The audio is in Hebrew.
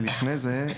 לפני כן,